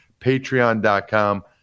Patreon.com